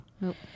Nope